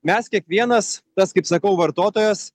mes kiekvienas tas kaip sakau vartotojas